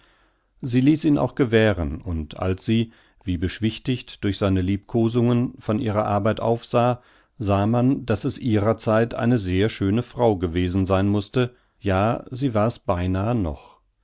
sie ließ ihn auch gewähren und als sie wie beschwichtigt durch seine liebkosungen von ihrer arbeit aufsah sah man daß es ihrer zeit eine sehr schöne frau gewesen sein mußte ja sie war es beinah noch